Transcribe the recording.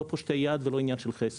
לא "פושטי יד" ולא עניין של חסד,